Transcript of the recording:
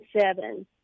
seven